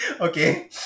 okay